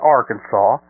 Arkansas